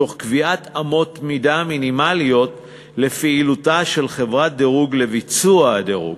תוך קביעת אמות מידה מינימליות לפעילותה של חברת דירוג לביצוע הדירוג.